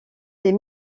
des